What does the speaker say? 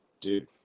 dude